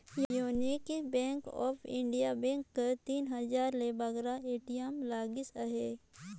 union Bank of India bank कर तीन हजार ले बगरा ए.टी.एम लगिस अहे